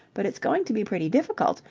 but it's going to be pretty difficult,